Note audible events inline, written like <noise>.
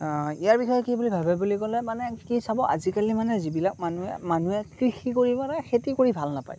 ইয়াৰ বিষয়ে কি বুলি ভাবে বুলি ক'লে মানে কি চাব আজিকালি মানে যিবিলাক মানুহে মানুহে কৃষি <unintelligible> খেতি কৰি ভাল নাপায়